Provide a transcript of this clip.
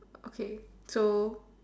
okay so